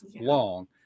long